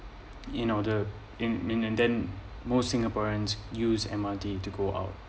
in order in and then most singaporeans use M_R_T to go out